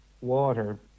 water